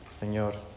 Señor